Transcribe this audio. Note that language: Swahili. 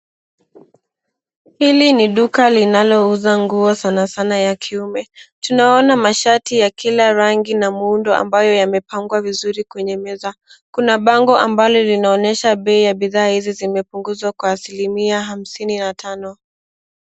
Hili ni duka linalouza nguo sanasana ya kiume. Tunaona mashati ya kila rangi na muundo ambayo yamepangwa vizuri kwenye meza. Kuna bango ambalo linaonyesha bei ya bidhaa hizi zimepunguzwa kwa asilimia hamsini na tano.